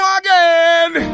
again